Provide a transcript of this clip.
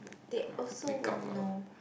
they also will know